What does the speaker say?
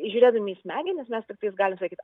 žiūrėdami į smegenis mes tiktais galim sakyt